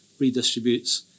redistributes